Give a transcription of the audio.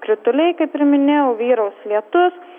krituliai kaip ir minėjau vyraus lietus